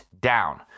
down